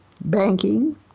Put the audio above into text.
banking